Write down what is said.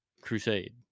crusade